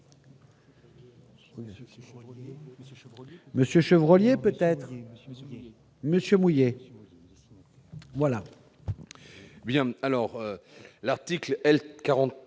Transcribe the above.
Monsieur Chevrollier peut-être monsieur Bouillet.